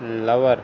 lover